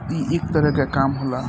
ई एक तरह के काम होला